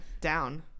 down